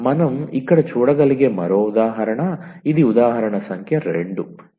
మనం ఇక్కడ చూడగలిగే మరో ఉదాహరణ ఇది ఉదాహరణ సంఖ్య 2